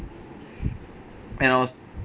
and I was